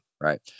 right